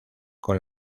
con